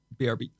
BRB